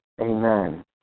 Amen